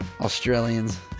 Australians